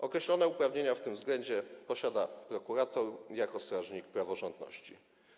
Określone uprawnienia w tym względzie posiada prokurator jako strażnik praworządności.